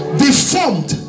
deformed